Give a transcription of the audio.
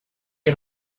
que